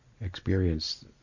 experience